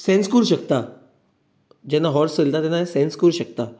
sense करूंक शकता जेन्ना हाॅर्स चलयता तेन्ना हें सेन्स करूंक शकता